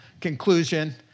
conclusion